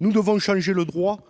Nous devons faire évoluer le droit